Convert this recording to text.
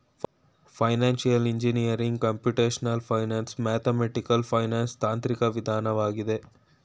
financial engineering computational finance, mathematical finance ತಾಂತ್ರಿಕ ವಿಧಾನವಾಗಿದೆ